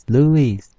Louis